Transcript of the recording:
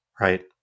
right